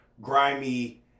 grimy